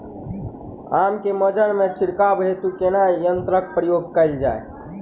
आम केँ मंजर मे छिड़काव हेतु कुन यंत्रक प्रयोग कैल जाय?